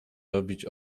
robić